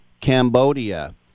cambodia